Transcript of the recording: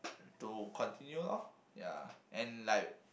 to continue loh ya and like